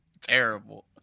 terrible